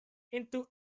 into